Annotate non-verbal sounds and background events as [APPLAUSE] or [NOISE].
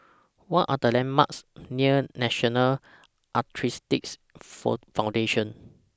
What Are The landmarks near National Arthritis [UNINTELLIGIBLE] Foundation